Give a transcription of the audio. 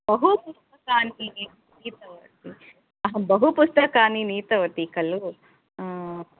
बहु पुस्तकानि नीतवती अहं बहु पुस्तकानि नीतवती खलु